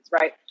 right